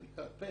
לקראת פסח,